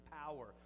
power